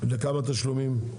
לכמה תשלומים?